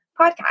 Podcast